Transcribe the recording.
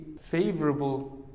favorable